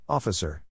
Officer